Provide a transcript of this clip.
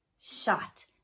shot